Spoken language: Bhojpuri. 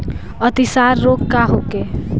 अतिसार रोग का होखे?